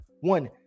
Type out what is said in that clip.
one